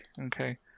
okay